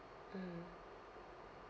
mm